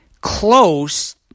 close